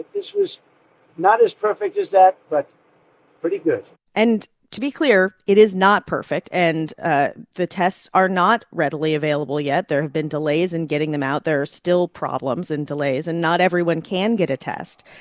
this was not as perfect as that but pretty good and to be clear, it is not perfect. and ah the tests are not readily available yet. there have been delays in getting them out. there are still problems and delays. and not everyone can get a test.